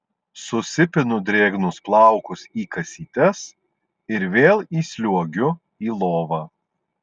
susipinu drėgnus plaukus į kasytes ir vėl įsliuogiu į lovą